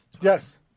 Yes